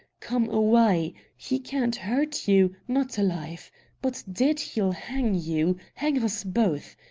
come away! he can't hurt you not alive but dead, he'll hang you hang us both.